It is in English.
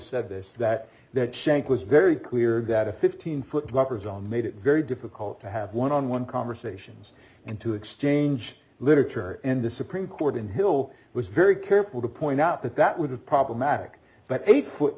said this that that shank was very clear that a fifteen foot lockers all made it very difficult to have one on one conversations and to exchange literature and the supreme court in hill was very careful to point out that that would have problematic but eight foot